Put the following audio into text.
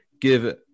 give